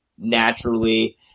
naturally